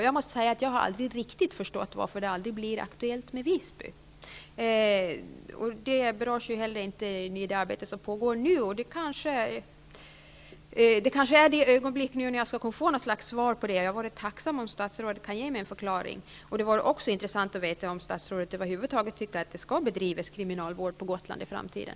Jag måste säga att jag aldrig riktigt har förstått varför det aldrig blir aktuellt med Visby. Visby berörs ju inte heller av det arbete som pågår nu. Detta kanske är det ögonblick då jag skulle kunna få något slags svar på min fråga. Jag vore tacksom om statsrådet kunde ge mig en förklaring. Det vore också intressant att få veta om statsrådet över huvud taget anser att det skall bedrivas kriminalvård på Gotland i framtiden.